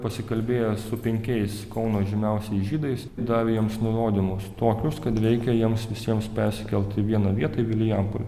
pasikalbėjo su penkiais kauno žymiausiais žydais davė jiems nurodymus tokius kad reikia jiems visiems persikelt į vieną vietą į vilijampolę